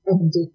ended